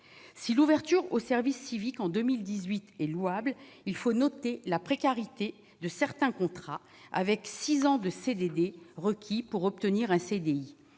si l'ouverture au service civique en 2018 est louable, il faut noter la précarité de certains contrats avec 6 ans de CDD requis pour obtenir un CDI